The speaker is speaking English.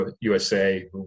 USA